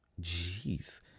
Jeez